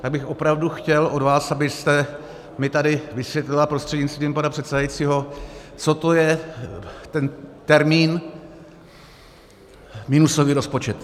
Tak bych opravdu chtěl od vás, abyste mi tady vysvětlila, prostřednictvím pana předsedajícího, co to je ten termín minusový rozpočet.